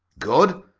good?